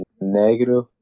negative